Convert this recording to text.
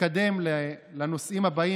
תקשיבו טוב-טוב מאיפה זה בא לי,